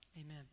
Amen